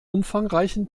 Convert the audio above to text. umfangreichen